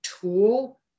tool